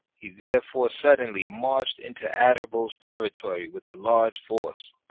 he therefore suddenlymarched into adherbal's territory with a large force,